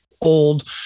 old